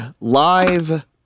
live